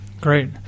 great